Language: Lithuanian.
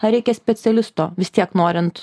ar reikia specialisto vis tiek norint